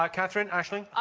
ah katherine, aisling?